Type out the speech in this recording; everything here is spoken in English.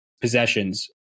possessions